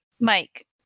Mike